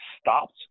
stopped